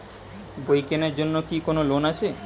বই কেনার জন্য কি কোন লোন আছে?